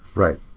right.